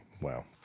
Wow